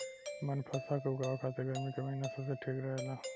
बनफशा के उगावे खातिर गर्मी के महिना सबसे ठीक रहेला